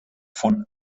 von